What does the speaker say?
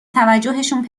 توجهشون